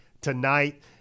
tonight